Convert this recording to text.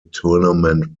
tournament